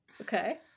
Okay